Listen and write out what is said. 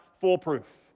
foolproof